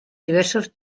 diversos